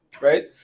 Right